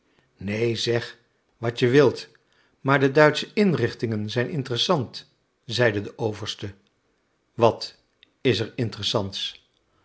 neen zeg wat je wilt maar de duitsche inrichtingen zijn interressant zeide de overste wat is er interressants